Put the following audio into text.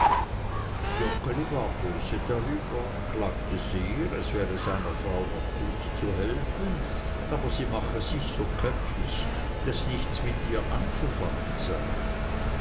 böse darüber klagte sehr es wäre seiner frau noch gut zu helfen aber sie mache sich so köpfig daß nichts mit ihr anzufangen sei